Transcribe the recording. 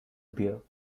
beer